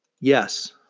Yes